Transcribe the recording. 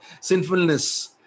sinfulness